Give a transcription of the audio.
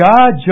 God